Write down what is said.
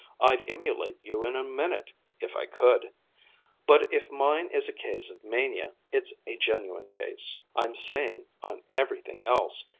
i'd emulate you in a minute if i could but if mine is a case of mania, it's a genuine case. i'm sane on everything else,